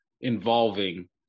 involving